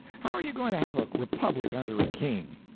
how are you going to have a republic under a king?